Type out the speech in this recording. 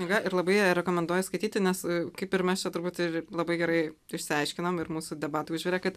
knyga ir labai ją rekomenduoju skaityti nes kaip ir mes čia turbūt ir labai gerai išsiaiškinom ir mūsų debatai užvirė kad